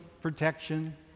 protection